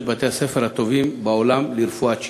בתי-הספר הטובים בעולם לרפואת שיניים.